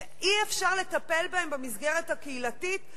שאי-אפשר לטפל בהם במסגרת הקהילתית,